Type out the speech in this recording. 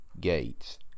gates